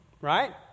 right